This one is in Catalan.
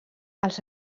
als